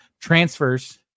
transfers